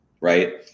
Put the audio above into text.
right